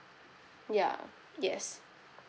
ya yes